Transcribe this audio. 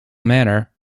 manor